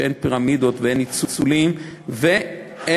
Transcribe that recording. שאין פירמידות ואין ניצולים ואין,